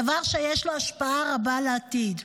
דבר שיש לו השפעה רבה לעתיד,